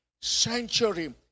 century